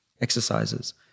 exercises